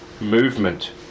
movement